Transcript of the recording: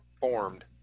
formed